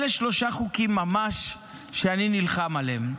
אלה שלושה חוקים, ממש, שאני נלחם עליהם,